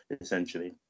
essentially